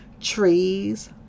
Trees